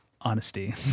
honesty